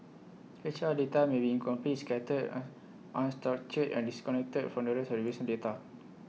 H R data may be incomplete scattered on unstructured and disconnected from the rest of the recent data